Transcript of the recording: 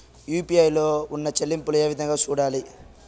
UPI లో ఉన్న చెల్లింపులు ఏ విధంగా సూడాలి